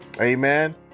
Amen